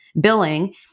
billing